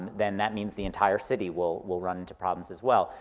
then that means the entire city will will run into problems as well.